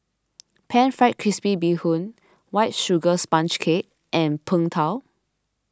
Pan Fried Crispy Bee Hoon White Sugar Sponge Cake and Png Tao